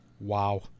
Wow